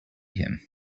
him